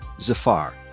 Zafar